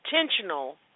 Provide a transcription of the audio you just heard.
intentional